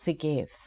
forgive